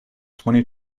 twenty